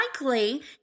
likely